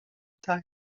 tei